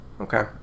okay